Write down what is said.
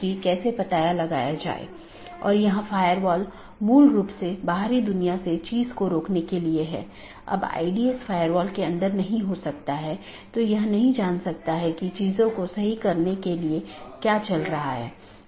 यदि आप याद करें तो हमने एक पाथ वेक्टर प्रोटोकॉल के बारे में बात की थी जिसने इन अलग अलग ऑटॉनमस सिस्टम के बीच एक रास्ता स्थापित किया था